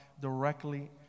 directly